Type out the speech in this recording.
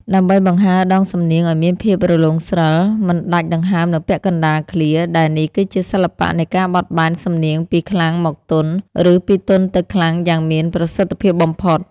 ដើម្បីបង្ហើរដងសំនៀងឱ្យមានភាពរលោងស្រិល មិនដាច់ដង្ហើមនៅពាក់កណ្តាលឃ្លា ដែលនេះគឺជាសិល្បៈនៃការបត់បែនសំនៀងពីខ្លាំងមកទន់ ឬពីទន់ទៅខ្លាំងយ៉ាងមានប្រសិទ្ធភាពបំផុត។